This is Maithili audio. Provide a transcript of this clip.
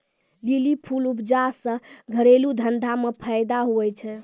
लीली फूल उपजा से घरेलू धंधा मे फैदा हुवै छै